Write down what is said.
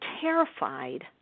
terrified